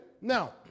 Now